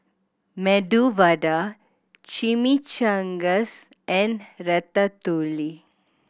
Medu Vada Chimichangas and Ratatouille